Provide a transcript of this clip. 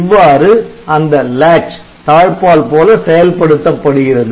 இவ்வாறு அந்த Latch தாழ்பாள் போல செயல்படுத்தப்படுகிறது